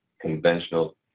conventional